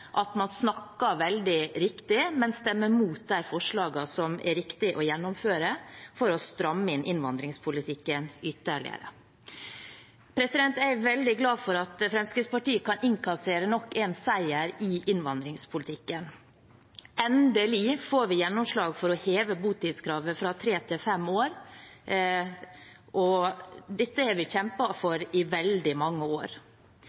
at man snakker veldig riktig, men stemmer mot de forslagene som er riktige å gjennomføre for å stramme inn innvandringspolitikken ytterligere. Jeg er veldig glad for at Fremskrittspartiet kan innkassere nok en seier i innvandringspolitikken. Endelig får vi gjennomslag for å heve botidskravet fra tre til fem år. Dette har vi kjempet for i veldig mange år.